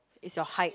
it's your height